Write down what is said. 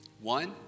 One